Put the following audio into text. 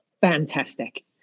fantastic